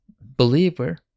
believer